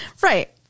Right